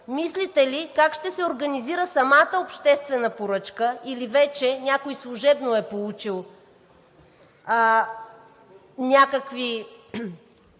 Мислите ли как ще се организира самата обществена поръчка, или вече някой служебно е получил някакви